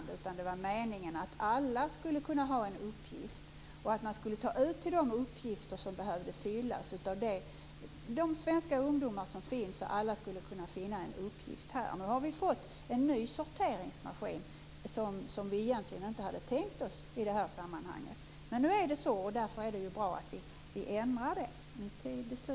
Det var meningen att alla skulle kunna ha en uppgift, och att man skulle ta ut folk till de platser som behövde fyllas. Alla svenska ungdomar skulle kunna finna en uppgift. Nu har vi fått en ny sorteringsmaskin som vi egentligen inte hade tänkt oss. Därför är det bra att vi ändrar det nu.